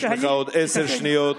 יש לך עוד עשר שניות.